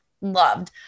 loved